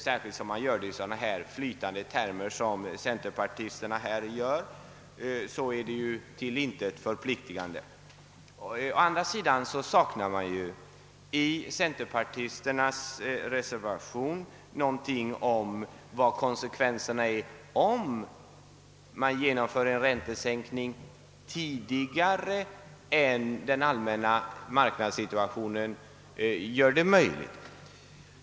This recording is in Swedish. Särskilt om man gör det i så flytande termer som centerpartisterna här använder är det till intet förpliktande. Å andra sidan saknas i centerpartisternas reservation någonting om vilka konsekvenserna blir av att man genomför en räntesänkning tidigare än den allmänna marknadssituationen motiverar.